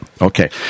Okay